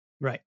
Right